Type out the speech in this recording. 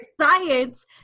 science